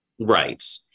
right